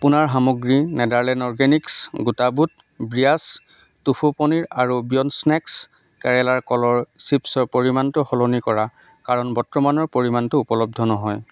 আপোনাৰ সামগ্ৰী Natureland Organics গোটা বুট ব্ৰিয়াছ টোফু পনীৰ আৰু বিয়ণ্ড স্নেক কেৰেলাৰ কলৰ চিপ্ছৰ পৰিমাণটো সলনি কৰা কাৰণ বৰ্তমানৰ পৰিমাণটো উপলব্ধ নহয়